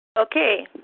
Okay